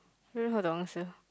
don't know how to answer